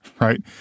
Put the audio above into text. Right